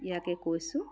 ইয়াকে কৈছোঁ